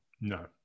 No